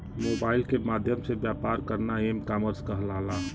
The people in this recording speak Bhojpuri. मोबाइल के माध्यम से व्यापार करना एम कॉमर्स कहलाला